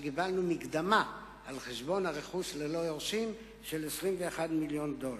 קיבלנו מקדמה על חשבון רכוש ללא יורשים של 21 מיליון דולר.